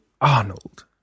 Arnold